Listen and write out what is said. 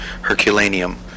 Herculaneum